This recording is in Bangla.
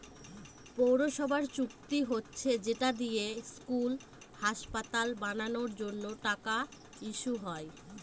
পৌরসভার চুক্তি হচ্ছে যেটা দিয়ে স্কুল, হাসপাতাল বানানোর জন্য টাকা ইস্যু হয়